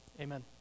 Amen